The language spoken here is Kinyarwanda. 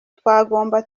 twagomba